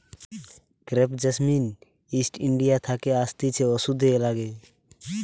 crepe jasmine East India থাকে আসতিছে ওষুধে লাগে